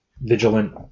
Vigilant